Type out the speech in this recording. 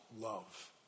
love